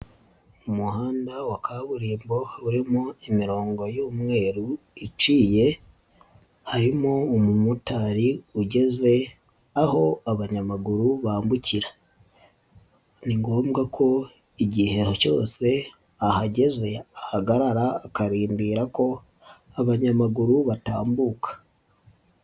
Umuhanda wa kaburimbo urimo imirongo y'umweruru iciye. Harimo umu motari ugeze aho abanyamaguru bambukira. Ni ngombwa ko igihe cyose ahageze ahagarara akarindira ko abanyamaguru batambuka.